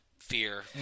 fear